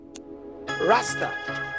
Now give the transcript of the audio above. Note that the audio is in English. Rasta